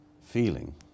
feeling